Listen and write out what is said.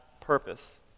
purpose